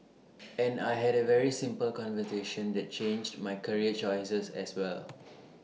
and I had A very simple conversation that changed my career choices as well